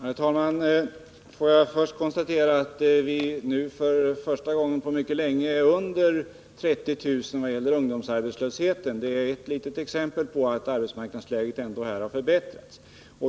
Herr talman! Jag vill först konstatera att ungdomsarbetslösheten nu för första gången på mycket länge är under 30 000. Det är ett litet exempel på att arbetsmarknadsläget ändå har förbättrats.